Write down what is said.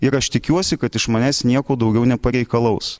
ir aš tikiuosi kad iš manęs nieko daugiau nepareikalaus